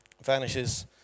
vanishes